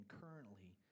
currently